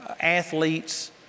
athletes